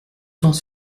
temps